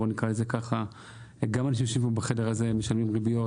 גם האנשים שיושבים בחדר הזה משלמים ריביות